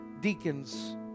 deacons